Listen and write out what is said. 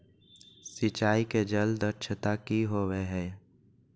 सिंचाई के जल दक्षता कि होवय हैय?